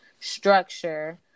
structure